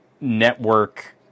network